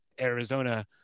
Arizona